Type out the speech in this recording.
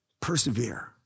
Persevere